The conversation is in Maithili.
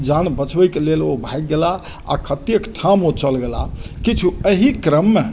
जान बचबै के लेल ओ भागि गेलाह आ कतेक ठाम ओ चलि गेलाह किछु एहि क्रम मे